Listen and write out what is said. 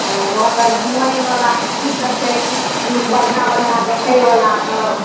ओतऽ घुमै बला सिटी तऽ छै बढ़िऑं बढ़िऑं देखैबला सब